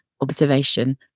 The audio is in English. observation